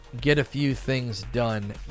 get-a-few-things-done